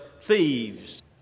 thieves